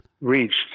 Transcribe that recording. reached